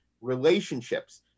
Relationships